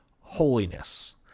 holiness